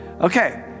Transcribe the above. Okay